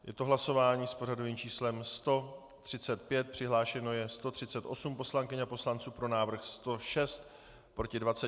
Je to hlasování s pořadovým číslem 135, přihlášeno je 138 poslankyň a poslanců, pro návrh 106, proti 26.